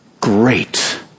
great